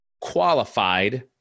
qualified